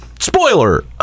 Spoiler